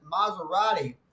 Maserati